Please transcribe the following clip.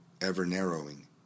ever-narrowing